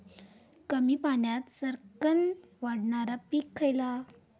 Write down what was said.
कमी पाण्यात सरक्कन वाढणारा पीक खयला?